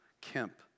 Kemp